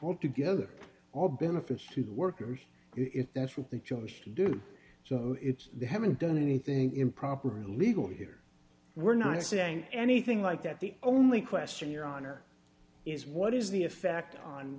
pulled together all benefits to the workers if that's what they chose to do so it's they haven't done anything improper or illegal here we're not saying anything like that the only question your honor is what is the effect on